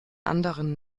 anderen